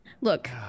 Look